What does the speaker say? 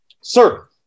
Sir